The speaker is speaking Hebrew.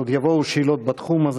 שעוד יבואו שאלות בתחום הזה,